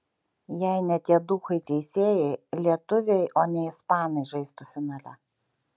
jei ne tie duchai teisėjai lietuviai o ne ispanai žaistų finale